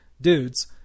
dudes